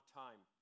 time